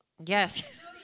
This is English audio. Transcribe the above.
Yes